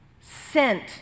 sent